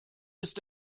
ist